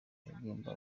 aririmba